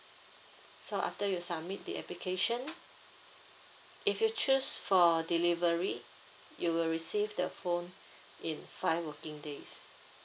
so after you submit the application if you choose for delivery you will receive the phone in five working days